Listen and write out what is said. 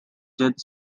jed